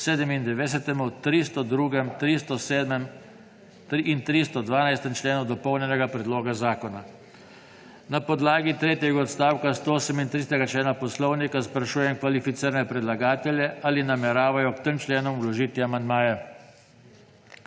302., 307. in 312. členu dopolnjenega predloga zakona. Na podlagi tretjega odstavka 138. člena Poslovnika sprašujem kvalificirane predlagatelje, ali nameravajo k tem členom vložiti amandmaje.